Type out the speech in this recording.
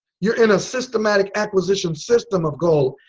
you're in a systematic acquisition system of gold.